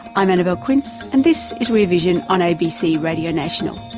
i'm annabelle quince and this is rear vision on abc radio national.